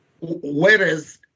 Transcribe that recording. whereas